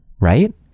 right